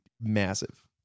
massive